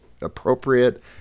appropriate